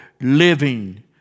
living